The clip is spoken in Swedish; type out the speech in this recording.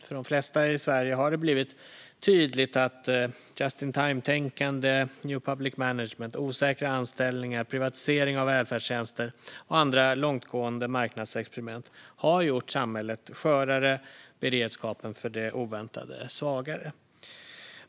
För de flesta i Sverige har det blivit tydligt att just in time-tänkande, new public management, osäkra anställningar, privatisering av välfärdstjänster och andra långtgående marknadsexperiment har gjort samhället skörare och beredskapen för det oväntade svagare.